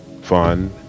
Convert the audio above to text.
fun